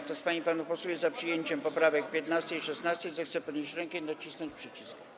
Kto z pań i panów posłów jest za przyjęciem poprawek 15. i 16, zechce podnieść rękę i nacisnąć przycisk.